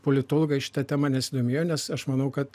politologai šita tema nesidomėjo nes aš manau kad